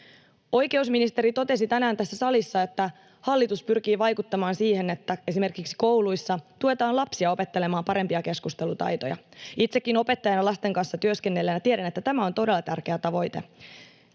Oikeusministeri totesi tänään tässä salissa, että hallitus pyrkii vaikuttamaan siihen, että esimerkiksi kouluissa tuetaan lapsia opettelemaan parempia keskustelutaitoja. Itsekin opettajana lasten kanssa työskennelleenä tiedän, että tämä on todella tärkeä tavoite,